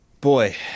Boy